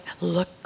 look